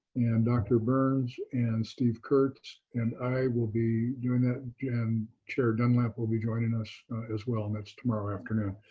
and dr. burns and steve kurtz and i will be doing that. and chair dunlap will be joining us as well. and that's tomorrow afternoon.